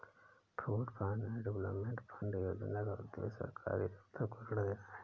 pooled finance development fund योजना का उद्देश्य सरकारी दफ्तर को ऋण देना है